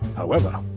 however,